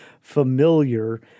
familiar